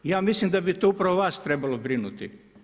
Ja mislim da bi to upravo vas trebalo brinuti.